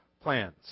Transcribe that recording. plans